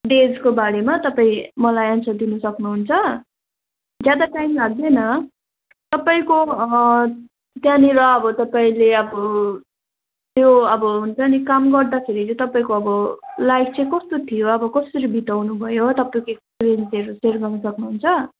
डेजको बारेमा तपाईँ मलाई एन्सर दिनु सक्नुहुन्छ ज्यादा टाइम लाग्दैन तपाईँको त्यहाँनिर अब तपाईँले अब त्यो अब हुन्छ नि काम गर्दाखेरि चाहिँ तपाईँको अब लाइफ चाहिँ कस्तो थियो अब कसरी बिताउनु भयो तपाईँको एक्सपिरियन्सहरू सेयर गर्नु सक्नुहुन्छ